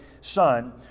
son